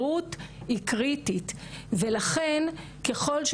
ולהרחיב את ההגדרה של מה נחשב פוגעני.